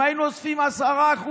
אם היינו אוספים 10%